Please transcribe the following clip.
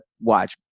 watch